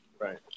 right